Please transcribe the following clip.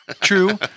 True